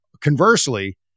conversely